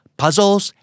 puzzles